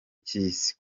cy’isi